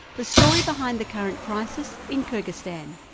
the story behind the current crisis in kyrgyzstan.